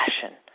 passion